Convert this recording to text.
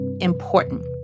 important